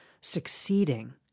succeeding